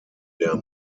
der